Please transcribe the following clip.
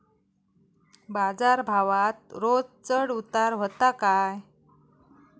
बाजार भावात रोज चढउतार व्हता काय?